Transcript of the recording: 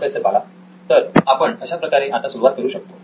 professor Bala तर आपण अशाप्रकारे आता सुरुवात करू शकतो